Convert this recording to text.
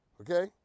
okay